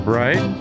right